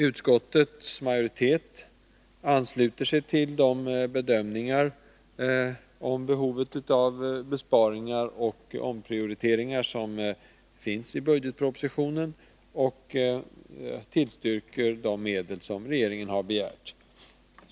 Utskottets majoritet ansluter sig till de bedömningar i fråga om behovet av besparingar och omprioriteringar som görs i budgetpropositionen och tillstyrker de medel som regeringen har begärt.